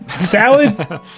salad